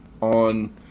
on